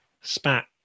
spat